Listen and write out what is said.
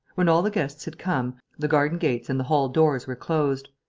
when all the guests had come, the garden-gates and the hall-doors were closed.